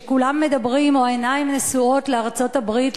כשכולם מדברים או העיניים נשואות לארצות-הברית,